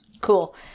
Cool